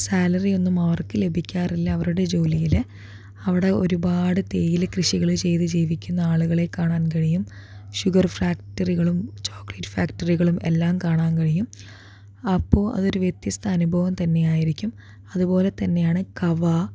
സാലറിയൊന്നും അവർക്ക് ലഭിക്കാറില്ല അവരുടെ ജോലിയില് അവിടെ ഒരുപാട് തേയില കൃഷികള് ചെയ്ത് ജീവിക്കുന്ന ആളുകളെ കാണാൻ കഴിയും ഷുഗർ ഫാക്ടറികളും ചോക്ലറ്റ് ഫാക്ടറികളും എല്ലാം കാണാൻ കഴിയും അപ്പോൾ അതൊരു വ്യത്യസ്ഥ അനുഭവം തന്നെയായിരിക്കും അതുപോലെ തന്നെയാണ് കവാ